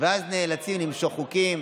ואז, נאלצים למשוך חוקים,